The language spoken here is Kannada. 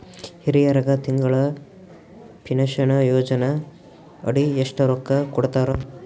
ಹಿರಿಯರಗ ತಿಂಗಳ ಪೀನಷನಯೋಜನ ಅಡಿ ಎಷ್ಟ ರೊಕ್ಕ ಕೊಡತಾರ?